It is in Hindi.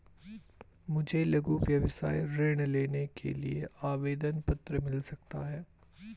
मुझे लघु व्यवसाय ऋण लेने के लिए आवेदन पत्र मिल सकता है?